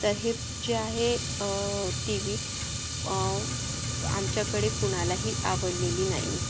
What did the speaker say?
तर हे जे आहे टी व्ही आमच्याकडे कुणालाही आवडलेली नाही आहे